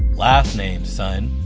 last name son!